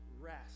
rest